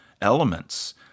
Elements